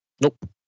Nope